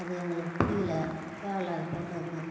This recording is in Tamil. அது எங்களுக்கு பிடிக்கல தேவயில்லாத பொருள் அது